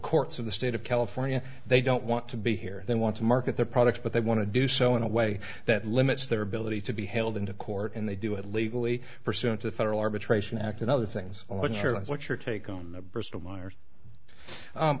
courts of the state of california they don't want to be here they want to market their products but they want to do so in a way that limits their ability to be held into court and they do it legally pursuant to federal arbitration act and other things on your own what's your take on bristol myers